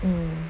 um